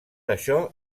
això